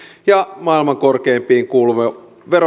ja maailman korkeimpiin kuuluva